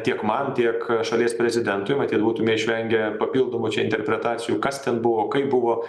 tiek man tiek šalies prezidentui matyt būtume išvengę papildomų čia interpretacijų kas ten buvo kaip buvo